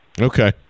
Okay